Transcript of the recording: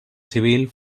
civil